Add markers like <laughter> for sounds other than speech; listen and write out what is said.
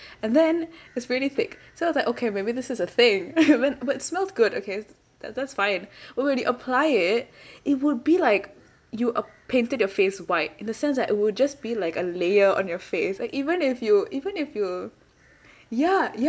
and then it's really thick so I was like okay maybe this is a thing <laughs> but then but it smelt good okay that that's fine but when you apply it it would be like you uh painted your face white in the sense that it would just be like a layer on your face like even if you even if you ya yah